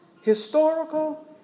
historical